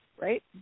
right